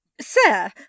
Sir